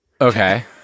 Okay